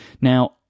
now